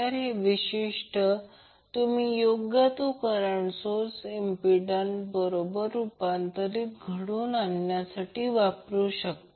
तर हे विशिष्ट तुम्ही योग्य तो करंट सोर्स इम्पिडंस सोबत पॅरलल रूपांतर घडवून आणण्यासाठी वापरू शकता